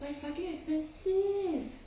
but is fucking expensive